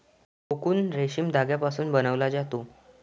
cocoon रेशीम धाग्यापासून बनवला जातो